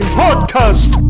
podcast